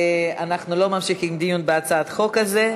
אנחנו לא ממשיכים את הדיון בהצעת החוק הזו.